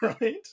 right